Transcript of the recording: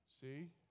see